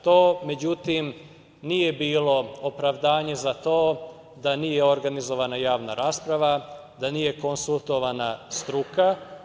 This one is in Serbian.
To, međutim, nije bilo opravdanje za to da nije organizovana javna rasprava, da nije konsultovana struka.